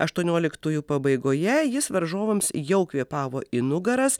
aštuonioliktųjų pabaigoje jis varžovams jau kvėpavo į nugaras